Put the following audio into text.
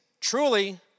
truly